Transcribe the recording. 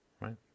Right